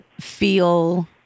feel